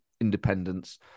independence